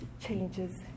changes